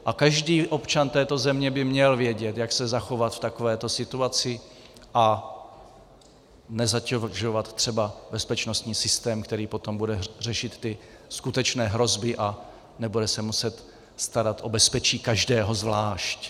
A každý občan této země by měl vědět, jak se zachovat v takovéto situaci a nezatěžovat třeba bezpečnostní systém, který potom bude řešit ty skutečné hrozby a nebude se muset starat o bezpečí každého zvlášť.